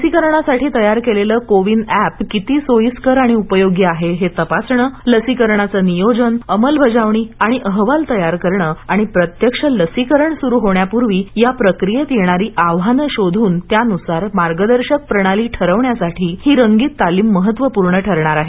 लसीकरणासाठी तयार केलेलं कोविन अॅप किती सोईस्कर आणि उपयोगी आहे हे तपासणं लसीकरणाचं नियोजन अंमलबजावणी अहवाल तयार करणं या सर्व बाबींची तपासणी आणि प्रत्यक्ष लसीकरण सुरू करण्यापूर्वी या प्रक्रियेत येणारी आव्हानं शोधून त्यानुसार मार्गदर्शक प्रणाली ठरवण्यासाठी ही रंगीत तालीम महत्त्वपूर्ण ठरणार आहे